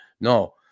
No